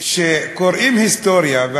כשקוראים היסטוריה,